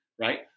Right